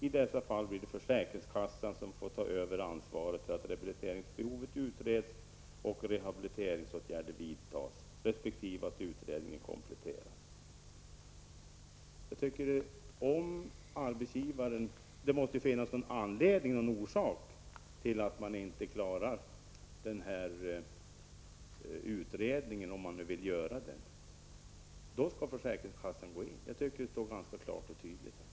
I dessa fall blir det försäkringskassan som får ta över ansvaret för att rehabiliteringsbehovet utreds och rehabiliteringsåtgärder vidtas resp. att utredningen kompletteras.'' Det måste finnas någon orsak till att man inte klarar utredningen, om man nu vill göra en sådan. Lyckas man inte skall försäkringskassan gå in. Jag tycker att det står ganska klart och tydligt i betänkandet.